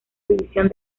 división